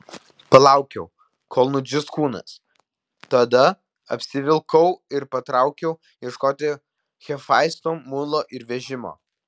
palaukiau kol nudžius kūnas tada apsivilkau ir patraukiau ieškoti hefaisto mulo ir vežimo